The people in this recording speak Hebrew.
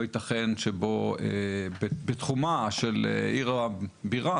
לא ייתכן שבתחומה של עיר הבירה,